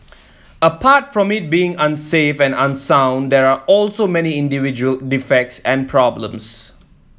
apart from it being unsafe and unsound there are also many individual defects and problems